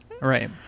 right